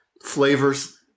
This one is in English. flavors